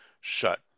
shut